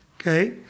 Okay